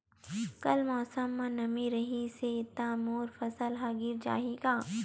कल मौसम म नमी रहिस हे त मोर फसल ह गिर जाही का?